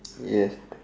yes